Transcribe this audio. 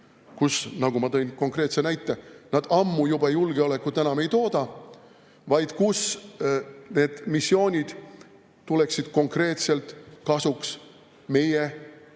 kus, nagu ma tõin konkreetse näite, nad ammu juba julgeolekut ei tooda, vaid kus need missioonid tuleksid konkreetselt kasuks meie, Eesti